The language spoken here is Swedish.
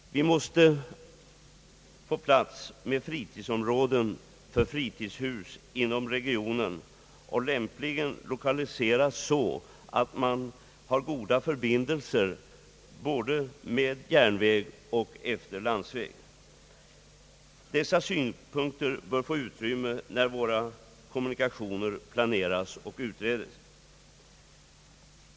Vi måste få plats med fritidsområden för fritidshus inom regionen, lämpligen lokaliserade så, att man har goda förbindelser med både järnväg och landsväg. Dessa synpunkter bör få utrymme när våra kommunikationer planeras och utredes.